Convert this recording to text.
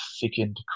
thickened